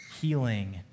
healing